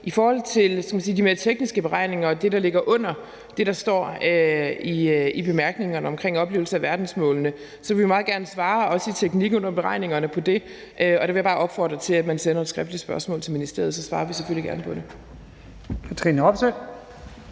I forhold til de mere tekniske beregninger og det, der ligger under det, der står i bemærkningerne om opfyldelse af verdensmålene, vil jeg meget gerne svare på det, også på teknikken bag beregningerne af det. Der vil jeg bare opfordre til, at man sender et skriftligt spørgsmål til ministeriet. Så svarer vi selvfølgelig gerne på det.